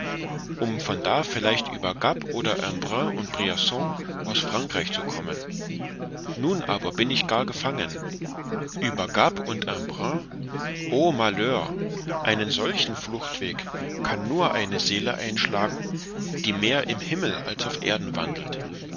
um von da vielleicht über gap oder embrun und brianon aus frankreich zu kommen nun aber bin ich gar gefangen ueber gap und embrun oh malheur einen solchen fluchtweg kann nur eine seele einschlagen die mehr im himmel als auf erden wandelt